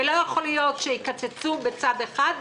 ולא ייתכן שיקצצו בצד אחד,